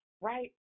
Right